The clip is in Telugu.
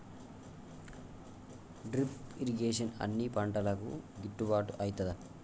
డ్రిప్ ఇరిగేషన్ అన్ని పంటలకు గిట్టుబాటు ఐతదా?